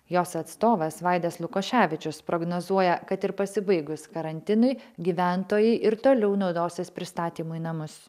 jos atstovas vaidas lukoševičius prognozuoja kad ir pasibaigus karantinui gyventojai ir toliau naudosis pristatymu į namus